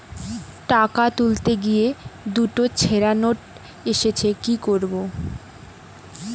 টাকা তুলতে গিয়ে দুটো ছেড়া নোট এসেছে কি করবো?